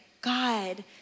God